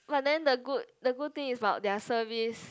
but then the good the good thing is about their service